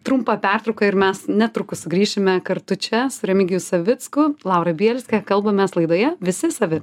trumpą pertrauką ir mes netrukus sugrįšime kartu čia su remigiju savicku laura bielske kalbamės laidoje visi savi